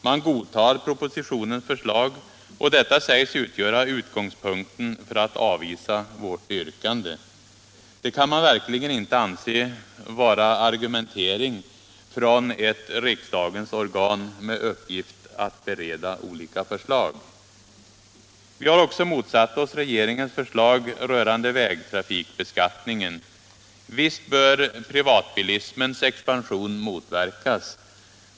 Man godtar propositiunens förslag, och detta sägs utgöra utgångspunkten för att avvisa vårt yrkande. Det kan man verkligen inte anse vara argumentering från ett riksdagens organ med uppgift att bereda olika förslag. Vi har också motsatt oss regeringens förslag rörande vägtrafikbeskattningen. Visst bör privatbilismens expansion motverkas.